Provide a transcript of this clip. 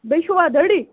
بیٚیہِ چھُوا دٔڑی